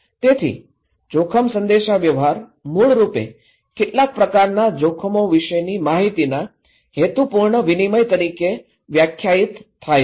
તેથી જોખમ સંદેશાવ્યવહાર મૂળરૂપે કેટલાક પ્રકારનાં જોખમો વિશેની માહિતીના હેતુપૂર્ણ વિનિમય તરીકે વ્યાખ્યાયિત થાય છે